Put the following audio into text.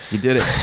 you did it.